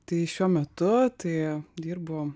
tai šiuo metu tai dirbu